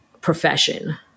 profession